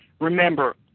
remember